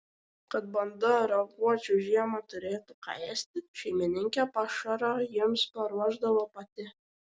kad banda raguočių žiemą turėtų ką ėsti šeimininkė pašarą jiems paruošdavo pati